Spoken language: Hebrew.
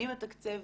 מי מתקצב,